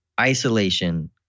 Isolation